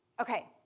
Okay